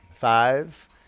Five